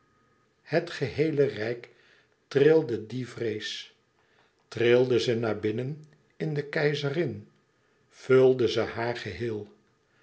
het geheele rijk trilde die vrees trilde ze naar binnen in de keizerin vulde ze haar geheel